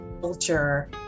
culture